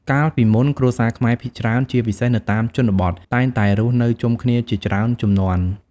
កាលពីមុន គ្រួសារខ្មែរភាគច្រើន ជាពិសេសនៅតាមជនបទ តែងតែរស់នៅជុំគ្នាជាច្រើនជំនាន់។